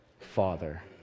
father